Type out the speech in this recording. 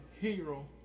hero